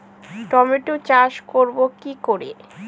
Tomato চাষ করব কি করে?